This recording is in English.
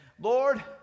Lord